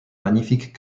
magnifique